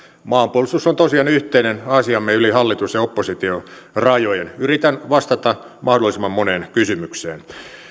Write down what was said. maanpuolustus on tosiaan yhteinen asiamme yli hallitus ja oppositiorajojen yritän vastata mahdollisimman moneen kysymykseen